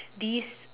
these